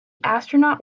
astronaut